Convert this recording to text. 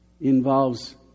involves